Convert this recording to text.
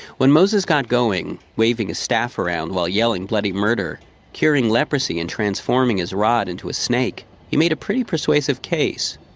when moses got going, waving his staff around while yelling bloody murder curing leprosy and transforming his rod into a snake he made a pretty persuasive case.